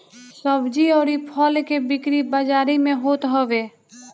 सब्जी अउरी फल के बिक्री बाजारी में होत हवे